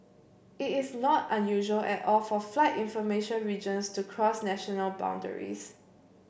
it is not unusual at all for flight information regions to cross national boundaries